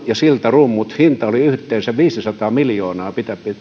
ja siltarumpujen hinta oli yhteensä viisisataa miljoonaa